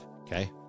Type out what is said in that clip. okay